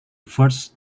first